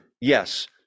yes